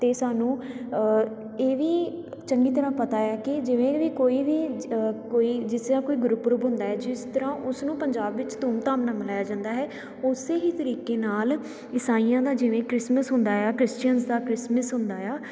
ਅਤੇ ਸਾਨੂੰ ਇਹ ਵੀ ਚੰਗੀ ਤਰ੍ਹਾਂ ਪਤਾ ਆ ਕਿ ਜਿਵੇਂ ਵੀ ਕੋਈ ਵੀ ਜ ਕੋਈ ਜਿਸ ਤਰ੍ਹਾਂ ਕੋਈ ਗੁਰਪੁਰਬ ਹੁੰਦਾ ਆ ਜਿਸ ਤਰ੍ਹਾਂ ਉਸ ਨੂੰ ਪੰਜਾਬ ਵਿੱਚ ਧੂਮਧਾਮ ਨਾਲ ਮਨਾਇਆ ਜਾਂਦਾ ਹੈ ਉਸੇ ਹੀ ਤਰੀਕੇ ਨਾਲ ਈਸਾਈਆਂ ਦਾ ਜਿਵੇਂ ਕ੍ਰਿਸਮਿਸ ਹੁੰਦਾ ਆ ਕਰਿਸ਼ਚਨ ਦਾ ਕ੍ਰਿਸਮਿਸ ਹੁੰਦਾ ਆ